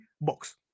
box